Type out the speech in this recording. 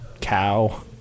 cow